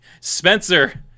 Spencer